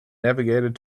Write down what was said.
navigated